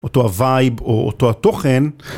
אותו הווייב או אותו התוכן.